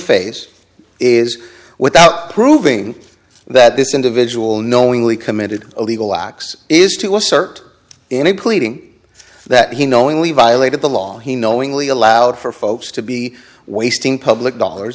phase is without proving that this individual knowingly committed illegal acts is to assert any pleading that he knowingly violated the law he knowingly allowed for folks to be wasting public dollars